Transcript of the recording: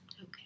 Okay